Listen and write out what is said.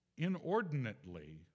inordinately